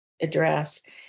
address